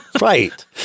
Right